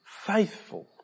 faithful